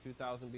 2000